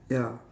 ya